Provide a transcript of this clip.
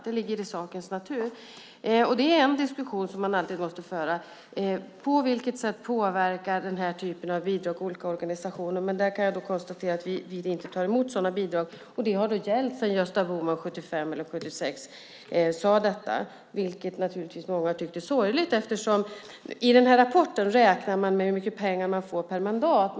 Det ligger i sakens natur. En diskussion som man alltid måste föra är: På vilket sätt påverkar den här typen av bidrag olika organisationer? Där kan jag konstatera att vi inte tar emot sådana bidrag. Det har gällt sedan Gösta Bohman 1975 eller 1976 sade detta, vilket många tyckte var sorgligt. I den här rapporten räknar man hur mycket pengar partierna får per mandat.